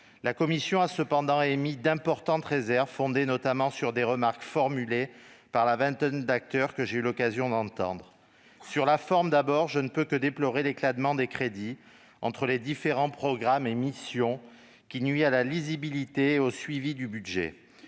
La commission a cependant émis d'importantes réserves, fondées notamment sur des remarques formulées par la vingtaine d'acteurs que j'ai eu l'occasion d'entendre. Sur la forme d'abord, je ne peux que déplorer l'éclatement des crédits entre les différents programmes et missions, qui nuit à la lisibilité et au suivi du budget.